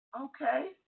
okay